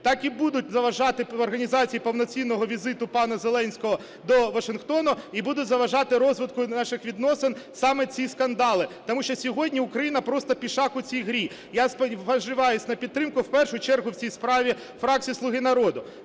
так і будуть заважати організації повноцінного візиту пана Зеленського до Вашингтона, і будуть заважати розвитку наших відносин саме ці скандали, тому що сьогодні Україна просто пішак в цій грі. Я сподіваюсь на підтримку в першу чергу в цій справі фракції "Слуга народу".